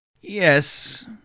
Yes